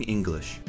English